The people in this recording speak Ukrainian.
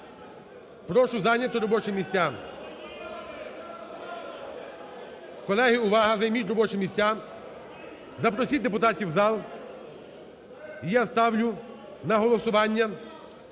Прошу зайняти робочі місця! Колеги, увага! Займіть робочі місця! Запросіть депутатів у зал. І я ставлю на голосування